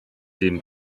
dem